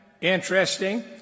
interesting